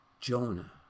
Jonah